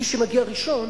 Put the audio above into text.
מי שמגיע ראשון